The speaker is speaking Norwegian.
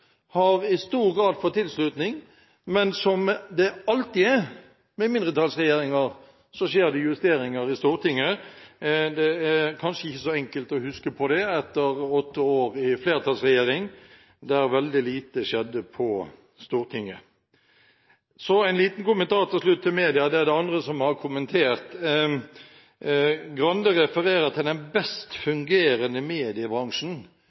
i stor grad fått tilslutning, men som det alltid er med mindretallsregjeringer, skjer det justeringer i Stortinget. Det er kanskje ikke så enkelt å huske på etter åtte år i flertallsregjering, der veldig lite skjedde på Stortinget. Så en liten kommentar til slutt om media. Det er det andre som har kommentert. Representanten Grande refererer til den best fungerende mediebransjen.